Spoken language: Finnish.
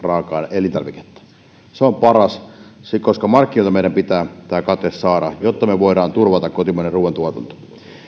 elintarviketta se on paras koska markkinoilta meidän pitää kate saada jotta me voimme turvata kotimaisen ruoantuotannon